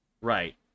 Right